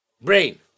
brain